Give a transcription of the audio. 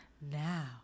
now